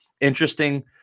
Interesting